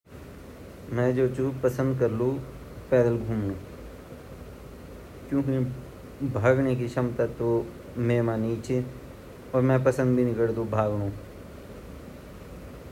मि जु ची दौड़ पसंद करोलु किलेकी मेरी उम्र अभी इति बड़ी नी वे अर ये उम्र मा दौड़ चैन तबतक दौड़ा जबतक हमते आपरी मंजिल नि मिल अर जब मंजिल मिल जैली ता वख्मु मै अपरा दौड़न पसंद कर दयालु बस।